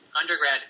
undergrad